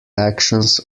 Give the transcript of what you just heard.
actions